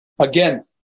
Again